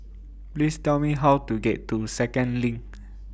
Please Tell Me How to get to Second LINK